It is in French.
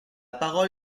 parole